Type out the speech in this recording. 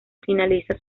finaliza